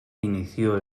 inició